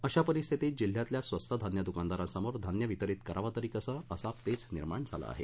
अशा परिस्थितीत जिल्ह्यातील स्वस्त धान्य दुकानदारांसमोर धान्य वितरीत करावे तरी कसे असा पेच निर्माण झाला आहे